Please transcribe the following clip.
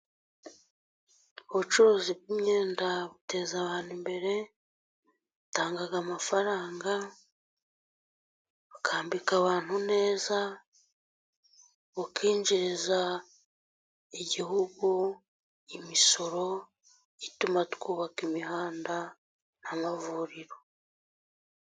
Ubucuruzi bw'imyenda buteza abantu imbere. Butanga amafaranga, bukambika abantu neza, bukinjiriza igihugu imisoro ituma twubaka imihanda n'amavuriro.